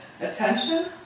attention